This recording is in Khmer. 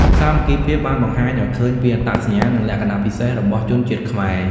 សាមគ្គីភាពបានបង្ហាញឱ្យឃើញពីអត្តសញ្ញាណ និងលក្ខណៈពិសេសរបស់ជនជាតិខ្មែរ។